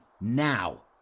Now